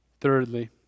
Thirdly